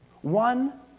one